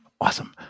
Awesome